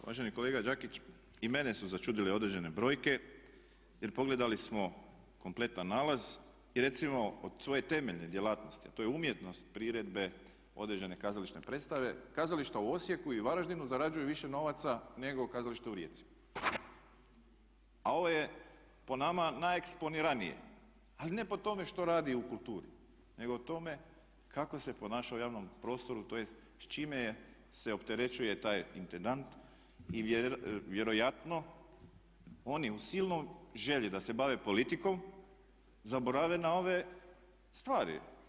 Uvaženi kolega Đakić, i mene su začudile određene brojke jer pogledali smo kompletan nalaz i recimo od svoje temeljne djelatnosti a to je umjetnost priredbe određene kazališne predstave kazališta u Osijeku i Varaždinu zarađuju više novaca nego kazalište u Rijeci a ovo je po nama najeksponiranije ali ne po tome šta radi u kulturi nego o tome kako se ponaša u javnom prostoru, tj. s čime se opterećuje taj intendant i vjerojatno oni u silnoj želji da se bave politikom zaborave na ove stvari.